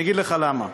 אני אגיד לך למה.